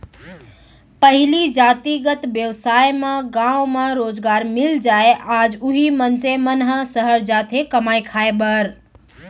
पहिली जातिगत बेवसाय म गाँव म रोजगार मिल जाय आज उही मनसे मन ह सहर जाथे कमाए खाए बर